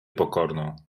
pokorną